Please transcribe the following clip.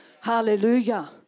Hallelujah